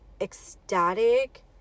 ecstatic